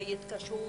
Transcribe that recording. יתקשו